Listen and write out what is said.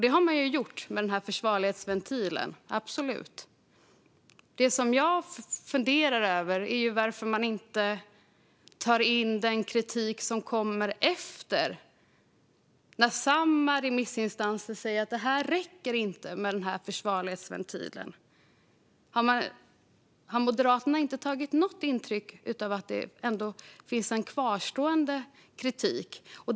Det har man gjort med försvarlighetsventilen. Det som jag funderar över är varför man inte tar in den kritik som kommer efter, när samma remissinstanser säger att försvarlighetsventilen inte räcker. Har Moderaterna inte tagit något intryck av att det ändå finns en kvarstående kritik?